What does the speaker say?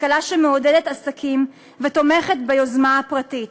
כלכלה שמעודדת עסקים ותומכת ביוזמה הפרטית.